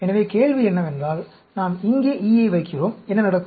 எனவே கேள்வி என்னவென்றால் நாம் இங்கே E ஐ வைக்கிறோம் என்ன நடக்கும்